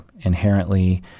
inherently